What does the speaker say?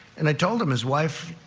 and i told him, his wife,